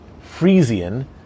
Frisian